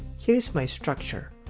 here is my structure.